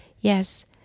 Yes